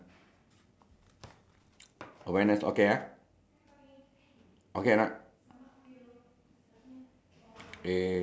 ah that's a pail I tell you what ah we do we do !huh! all in one ah don't don't separate the pail and the I think it's the castle lah the the sandcastle